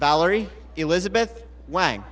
valerie elizabeth wang